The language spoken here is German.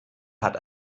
hat